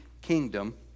kingdom